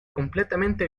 completamente